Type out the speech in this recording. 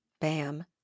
Bam